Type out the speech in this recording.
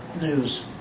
news